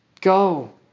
Go